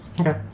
Okay